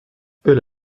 elle